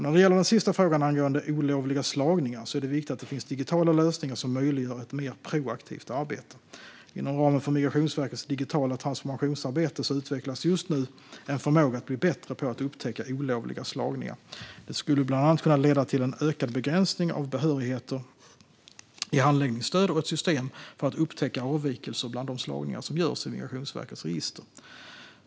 När det gäller den sista frågan angående olovliga slagningar är det viktigt att det finns digitala lösningar som möjliggör ett mer proaktivt arbete. Inom ramen för Migrationsverkets digitala transformationsarbete utvecklas just nu en förmåga att bli bättre på att upptäcka olovliga slagningar. Det skulle bland annat kunna leda till en ökad begränsning av behörigheter i handläggningsstöd och ett system för att upptäcka avvikelser bland de slagningar som görs i Migrationsverkets register.